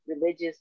religious